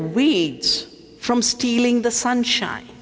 weeds from stealing the sunshine